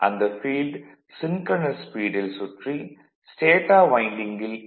அந்த field synchronous ஸ்பீடில் சுற்றி ஸ்டேடார் வைண்டிங்கில் ஈ